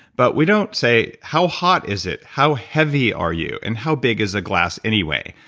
but we don't say, how hot is it? how heavy are you? and how big is the glass anyway?